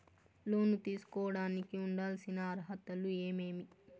లోను తీసుకోడానికి ఉండాల్సిన అర్హతలు ఏమేమి?